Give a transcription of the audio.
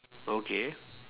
okay